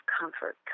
comfort